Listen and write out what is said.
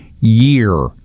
year